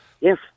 yes